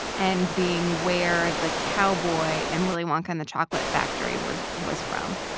and being where the cowboy in willie wonka and the chocolate factory was was from.